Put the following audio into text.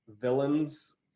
villains